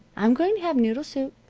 i'm going to have noodle-soup,